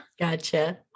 Gotcha